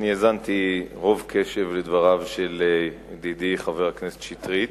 אני האזנתי רוב קשב לדבריו של ידידי חבר הכנסת שטרית.